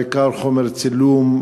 בעיקר חומר צילום,